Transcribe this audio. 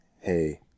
hey